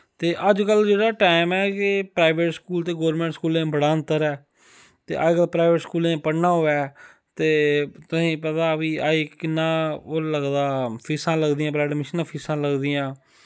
ते अज्जकल जेह्ड़ा टैम ऐ ते प्राईवेट स्कूलैं च ते गौरमैंट स्कूलैं च बड़ा अंगर ऐ ते अज कल प्राईवेट स्कूलैं च पढ़ना होऐ तुसें पता भाई अज किन्ना ओह् लगदा फीसां लगदियां भला अडमिशन फीसां लगदियां